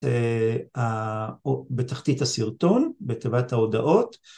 ‫בתחתית הסרטון, בתיבת ההודעות.